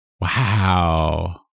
Wow